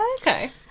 Okay